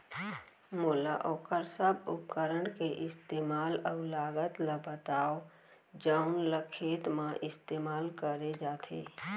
मोला वोकर सब उपकरण के इस्तेमाल अऊ लागत ल बतावव जउन ल खेत म इस्तेमाल करे जाथे?